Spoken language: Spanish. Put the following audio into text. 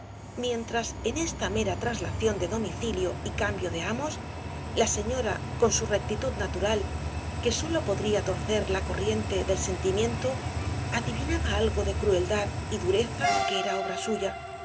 mientras en esta mera traslación de domicilio y cambio de amos la señora con su rectitud natural que sólo podría torcer la corriente del sentimiento adivinaba algo de crueldad y dureza que era obra suya